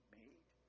made